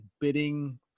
bidding